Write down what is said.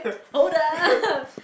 hold up